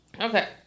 Okay